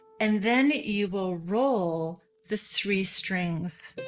and then you will roll the three strings